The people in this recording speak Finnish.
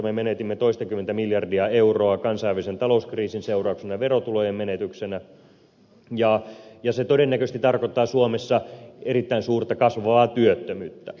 me menetimme toistakymmentä miljardia euroa kansainvälisen talouskriisin seurauksena verotulojen menetyksenä ja se todennäköisesti tarkoittaa suomessa erittäin suurta kasvavaa työttömyyttä